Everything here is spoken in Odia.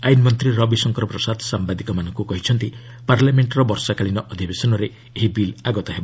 ଆଇନ ମନ୍ତ୍ରୀ ରବିଶଙ୍କର ପ୍ରସାଦ ସାମ୍ଭାଦିକମାନଙ୍କୁ କହିଛନ୍ତି ପାର୍ଲାମେଣ୍ଟର ବର୍ଷାକାଳୀନ ଅଧିବେଶନରେ ଏହି ବିଲ୍ ଆଗତ ହେବ